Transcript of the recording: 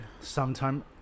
sometime